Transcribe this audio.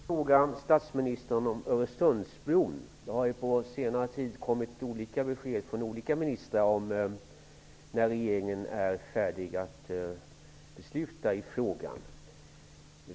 Fru talman! Jag vill ställa en fråga till statsministern om Öresundsbron. Det har på senare tid kommit olika besked från olika ministrar om när regeringen är redo att besluta i frågan.